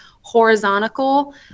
horizontal